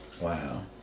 Wow